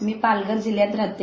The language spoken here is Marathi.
मी पालघर जिल्ह्यात राहते